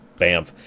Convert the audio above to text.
bamf